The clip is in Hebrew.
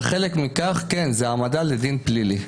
וחלק מכך, כן, זה העמדה לדין פלילי.